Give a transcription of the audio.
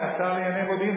השר לענייני מודיעין,